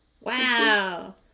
Wow